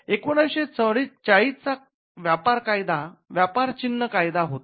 १९४० चा व्यापार चिन्ह कायदा होता